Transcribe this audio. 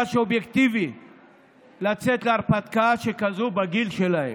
חבר הכנסת שטייניץ.